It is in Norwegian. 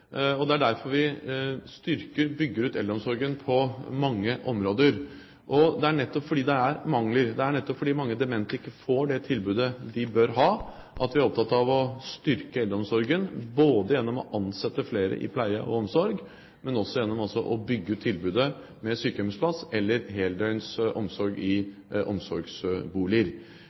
Det er derfor vi styrker og bygger ut eldreomsorgen på mange områder. Det er nettopp fordi det er mangler, det er nettopp fordi mange demente ikke får det tilbudet de bør ha, at vi er opptatt av å styrke eldreomsorgen både gjennom å ansette flere i pleie og omsorg og å bygge ut tilbudet med sykehjemsplass eller heldøgns omsorg i omsorgsboliger.